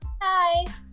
Hi